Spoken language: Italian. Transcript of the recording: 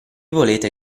volete